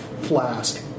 Flask